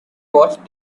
watched